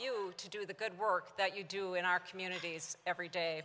you to do the good work that you do in our communities every day